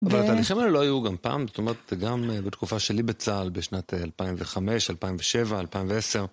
אבל התהליכים האלה לא היו גם פעם? זאת אומרת גם בתקופה שלי בצה״ל בשנת 2005, 2007, 2010.